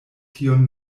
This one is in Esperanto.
tiun